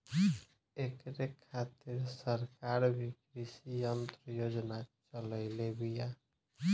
ऐकरे खातिर सरकार भी कृषी यंत्र योजना चलइले बिया